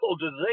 disease